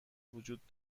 وجود